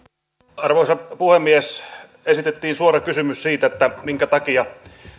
arvoisa puhemies esitettiin suora kysymys siitä minkä takia